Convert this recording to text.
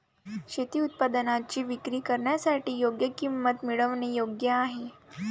शेती उत्पादनांची विक्री करण्यासाठी योग्य किंमत मिळवणे योग्य आहे